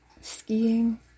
Skiing